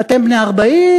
אתם בני 40,